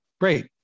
great